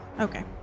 okay